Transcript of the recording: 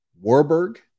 warburg